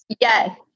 Yes